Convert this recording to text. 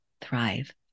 thrive